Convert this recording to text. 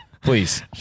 please